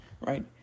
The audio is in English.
Right